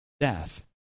death